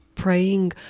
praying